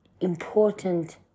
important